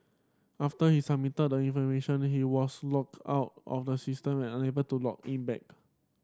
after he submitted the information he was logged out of the system and unable to log in back